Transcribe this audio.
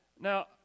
Now